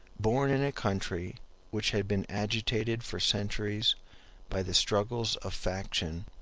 born in a country which had been agitated for centuries by the struggles of faction,